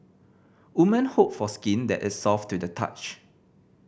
woman hope for skin that is soft to the touch